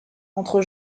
entre